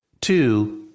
Two